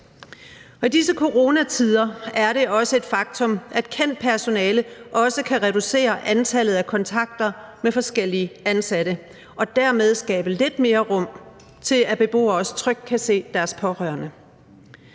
I disse coronatider er det også et faktum, at et kendt personale også kan reducere antallet af kontakter med forskellige ansatte og dermed skabe lidt mere rum til, at beboere også trygt kan se deres pårørende.